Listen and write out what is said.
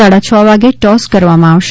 સાડા છ વાગે ટોસ કરવામાં આવશે